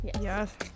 Yes